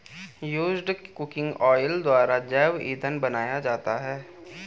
used cooking oil द्वारा जैव इंधन बनाया जाता है